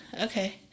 Okay